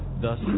thus